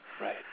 right